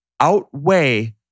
outweigh